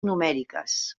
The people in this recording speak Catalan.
numèriques